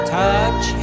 touch